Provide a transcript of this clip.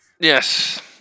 Yes